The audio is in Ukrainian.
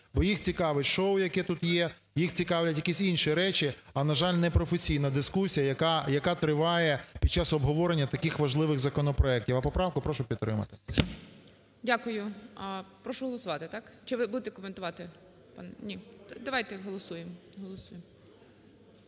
бо їх цікавить шоу, яке тут є, їх цікавлять якісь інші речі, а на жаль, не професійна дискусія, яка триває під час обговорення таких важливих законопроектів. А поправку прошу підтримати. ГОЛОВУЮЧИЙ. Дякую. Прошу голосувати. Так? Чи ви будете коментувати, пан…? Ні. Давайте, голосуємо,